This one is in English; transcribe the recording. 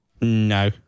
No